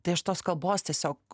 tai aš tos kalbos tiesiog